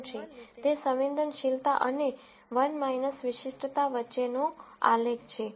આ આરઓસી વળાંક શું છે તે સંવેદનશીલતા અને 1 - વિશિષ્ટતા વચ્ચેનો આલેખ છે